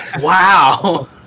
Wow